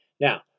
Now